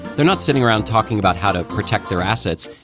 they're not sitting around talking about how to, protect their assets,